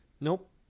Nope